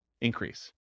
increase